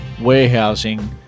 warehousing